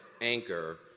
anchor